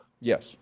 Yes